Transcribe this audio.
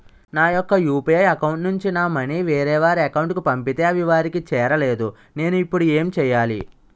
నా యెక్క UPI account నుంచి నా మనీ వేరే వారి అకౌంట్ కు పంపితే అవి వారికి చేరలేదు నేను ఇప్పుడు ఎమ్ చేయాలి?